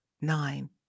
nine